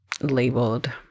labeled